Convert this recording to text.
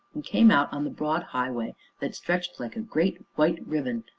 and came out on the broad highway that stretched like a great, white riband,